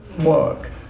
work